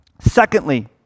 Secondly